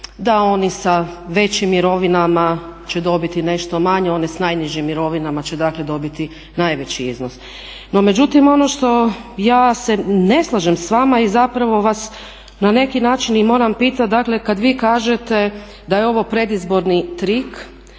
da oni sa većim mirovinama će dobiti nešto manje, oni s najnižim mirovinama će dakle dobiti najveći iznos. No međutim, ono što ja se ne slažem sa vama i zapravo vas na neki način i moram pitati, dakle kad vi kažete da je ovo predizborni trik,